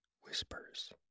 whispers